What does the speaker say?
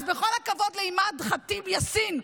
אז בכל הכבוד לאימאן ח'טיב יאסין,